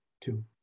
two